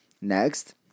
Next